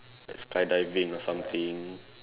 like skydiving or something